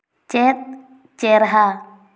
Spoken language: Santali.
ᱪᱮᱫ ᱪᱮᱨᱦᱟ